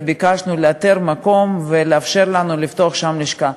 וביקשנו לאתר מקום ולאפשר לנו לפתוח שם לשכה.